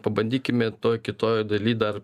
pabandykime toj kitoj daly dar